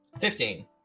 Fifteen